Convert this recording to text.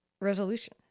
resolution